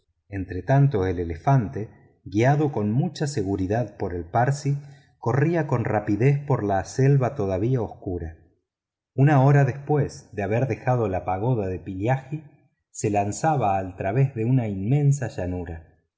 cuévanos entretanto el elefante guiado con mucha seguridad por el parsi corría con rapidez por la selva todavía oscura una hora después de haber dejado la pagoda de pillaji se lanzaba al través de una inmensa llanura